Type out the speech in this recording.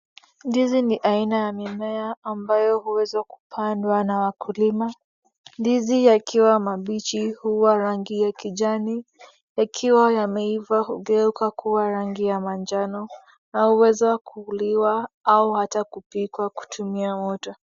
Ndizi ni aina ya mimea ambayo uwezwa kupandwa na wakulima. Ndizi yakiwa mabichi huwa rangi ya kijani, yakiwa yameiva ugeuka kuwa rangi ya manjano na uweza kuliwa au ata kupikwa kutumia moto.